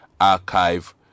Archive